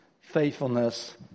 faithfulness